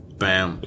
bam